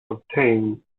obtained